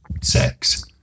sex